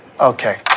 Okay